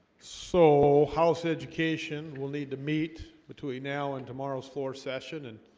so house education will need to meet between now and tomorrow's floor session and